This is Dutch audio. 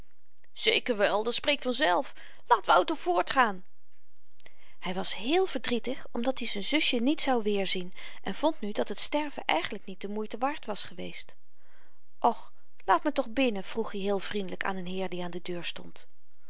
zeker wèl dat spreekt vanzelf laat wouter voortgaan hy was heel verdrietig omdat i z'n zusje niet zou weerzien en vond nu dat het sterven eigenlyk niet de moeite waard was geweest och laat me toch binnen vroeg i heel vriendelyk aan n heer die aan de deur stond